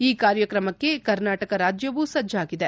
ಈ ಕಾರ್ಯಕ್ರಮಕ್ಕೆ ಕರ್ನಾಟಕ ರಾಜ್ಯವೂ ಸಜ್ಜಾಗಿದೆ